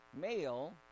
male